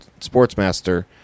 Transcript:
Sportsmaster